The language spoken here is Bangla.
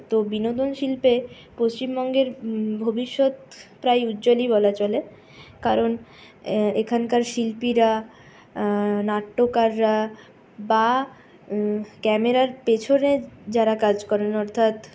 তো বিনোদন শিল্পে পশ্চিমবঙ্গের ভবিষ্যৎ প্রায় উজ্জ্বলই বলা চলে কারণ এখানকার শিল্পীরা নাট্যকাররা বা ক্যামেরার পেছনে যারা কাজ করেন অর্থাৎ